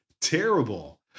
terrible